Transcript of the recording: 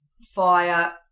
fire